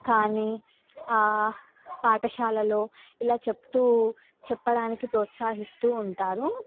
కానీ పాఠశాలలో ఇలా చెప్తూ చెప్పడానికి ప్రోత్సహిస్తూ ఉంటారు